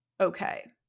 okay